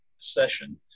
session